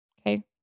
Okay